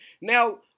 Now